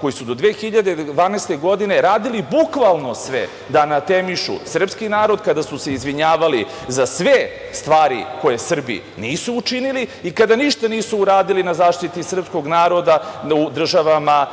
koji su do 2012. godine radili bukvalno sve da anatemišu srpski narod, kada su se izvinjavali za sve stvari koje Srbi nisu učinili i kada ništa nisu uradili na zaštiti srpskog naroda u državama